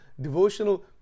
devotional